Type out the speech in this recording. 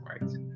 right